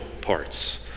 parts